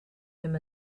him